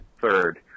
third